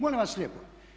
Molim vas lijepo.